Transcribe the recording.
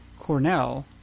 Cornell